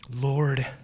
Lord